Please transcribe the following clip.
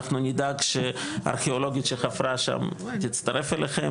אנחנו נדאג שהארכיאולוגית שחפרה שם תצטרף אליכם,